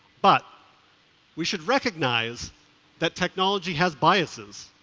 but we should recognize that technology has biases.